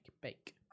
bake